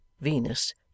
Venus